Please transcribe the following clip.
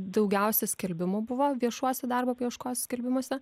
daugiausiai skelbimų buvo viešuose darbo paieškos skelbimuose